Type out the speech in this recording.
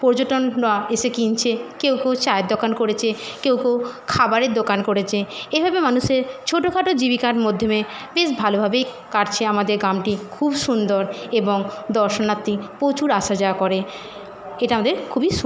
পর্যটনরা এসে কিনছে কেউ কেউ চায়ের দোকান করেছে কেউ কেউ খাবারের দোকান করেছে এইভাবে মানুষের ছোটো খাটো জীবিকার মধ্যমে বেশ ভালোভাবেই কাটছে আমাদের গ্রামটি খুব সুন্দর এবং দর্শনার্থী পোচুর আসা যাওয়া করে এটা আমাদের খুবই সু